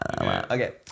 okay